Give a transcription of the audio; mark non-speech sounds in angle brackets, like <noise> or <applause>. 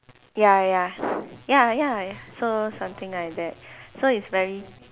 ya ya ya ya so something like that <breath> so it's very